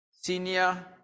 senior